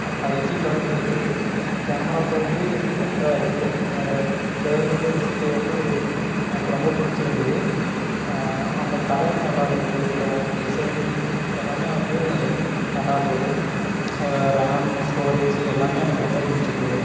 five G tower கிடைக்கிது camera quality பெட்ராக இருக்கு அதோட கேர்வல் டிஸ்ப்பிளே வந்து எனக்கு ரொம்ப பிடிச்சிருந்துது அந்தக் கலர் நல்லா இருந்துது அப்புறோம் டிசைன் எல்லாமே வந்து நல்லா இருந்துது அது ரேம் ஸ்டோரேஜ்ஜி எல்லாமே எனக்கு ரொம்ப பிடிச்சிருந்துது